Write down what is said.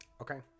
Okay